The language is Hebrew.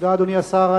אדוני השר,